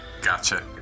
gotcha